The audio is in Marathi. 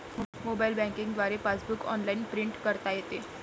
मोबाईल बँकिंग द्वारे पासबुक ऑनलाइन प्रिंट करता येते